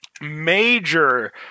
major